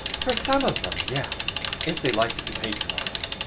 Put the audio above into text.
for some of them, yes if they like to be patronized.